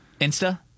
Insta